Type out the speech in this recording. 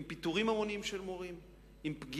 עם פיטורים המוניים של מורים,